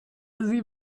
sie